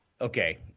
Okay